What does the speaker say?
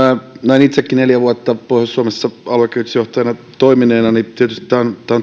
näin itsekin neljä vuotta pohjois suomessa aluekehitysjohtajana toimineena tämä on tietysti